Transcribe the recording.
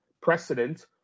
precedent